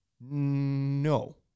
No